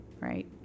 right